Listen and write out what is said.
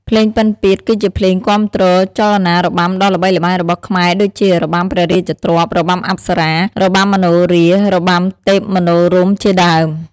ភ្លេងពិណពាទ្យគឺជាភ្លេងគាំទ្រចលនារបាំដ៏ល្បីល្បាញរបស់ខ្មែរដូចជា របាំព្រះរាជទ្រព្យ របាំអប្សរា របាំមនោរាហ៍ របាំទេពមនោរម្យជាដើម។